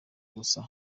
gusa